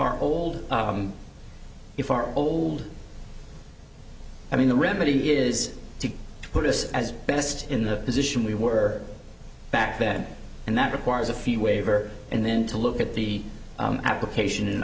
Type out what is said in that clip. our old if our old i mean the remedy is to put us as best in the position we were back then and that requires a fee waiver and then to look at the application